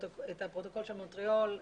את הפרוטוקול של מונטריאול.